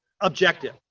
objective